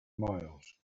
miles